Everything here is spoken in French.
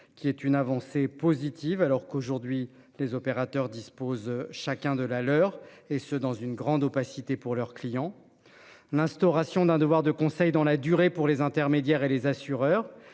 qui est une avancée positive alors qu'aujourd'hui les opérateurs disposent chacun de la leur, et ce dans une grande opacité pour leurs clients. L'instauration d'un devoir de conseil dans la durée pour les intermédiaires et les assureurs